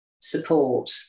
support